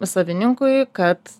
savininkui kad